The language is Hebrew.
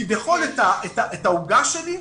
כביכול את העוגה שלי,